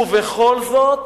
ובכל זאת,